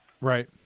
Right